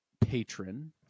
patron